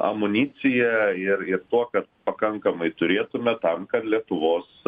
amunicija ir ir tuo kad pakankamai turėtume tam kad lietuvos